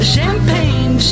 Champagne